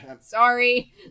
sorry